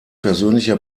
persönlicher